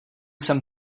jsem